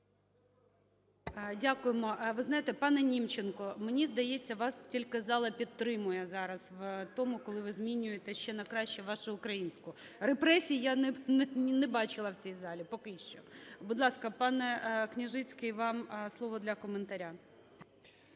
Дякуємо. Ви знаєте, пане Німченко, мені здається, вас тільки зала підтримує зараз в тому, коли ви змінюєте ще на краще вашу українську. Репресій я не бачила в цій залі поки що. Будь ласка, пане Княжицький, вам слово для коментаря.